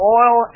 oil